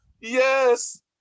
Yes